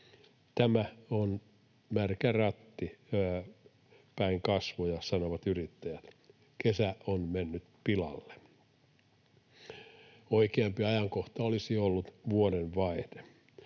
Tämä on märkä rätti päin kasvoja, sanovat yrittäjät, kesä on mennyt pilalle. Oikeampi ajankohta olisi ollut vuodenvaihde